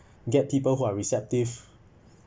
get people who are receptive